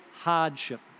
hardship